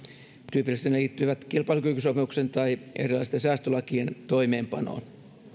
tyypillisesti ne liittyvät kilpailukykysopimuksen tai erilaisten säästölakien toimeenpanoon